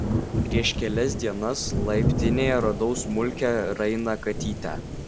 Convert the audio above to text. prieš kelias dienas laiptinėje radau smulkią rainą katytę